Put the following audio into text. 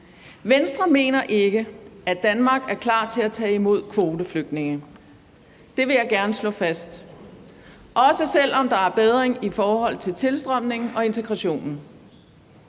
»Venstre mener ikke, at Danmark er klar til at tage imod kvoteflygtninge. Det vil jeg gerne slå fast. Også selv om der er bedring i forhold til tilstrømning og integration.«